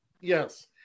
Yes